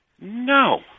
No